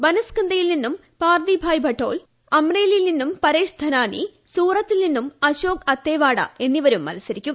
ബനസ്കന്ദയിൽ നിന്നും പാർതിഭായ് ഭട്ടോൽ അമ്രേലിയിൽ നിന്നും പരേഷ് ധനാനി സൂറത്തിൽ നിന്നും അശോക് അത്തേവാഡ എന്നിവരും മത്സരിക്കും